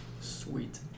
Sweet